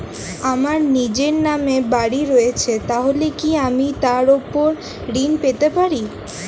আমার নিজের নামে বাড়ী রয়েছে তাহলে কি আমি তার ওপর ঋণ পেতে পারি?